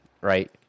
right